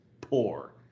poor